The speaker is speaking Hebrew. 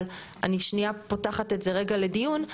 אבל אני שנייה פותחת את זה רגע לדיון.